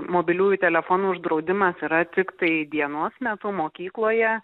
mobiliųjų telefonų uždraudimas yra tiktai dienos metu mokykloje